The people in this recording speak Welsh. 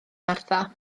martha